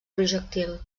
projectil